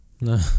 No